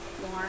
more